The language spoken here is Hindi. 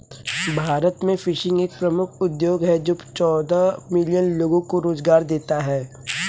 भारत में फिशिंग एक प्रमुख उद्योग है जो चौदह मिलियन लोगों को रोजगार देता है